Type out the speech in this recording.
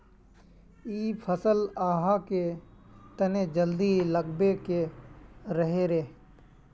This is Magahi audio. इ फसल आहाँ के तने जल्दी लागबे के रहे रे?